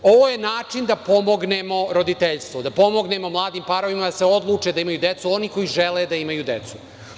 Ovo je način da pomognemo roditeljstvu, da pomognemo mladim parovima da se odluče da imaju decu, oni koji žele da imaju decu.